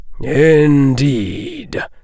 Indeed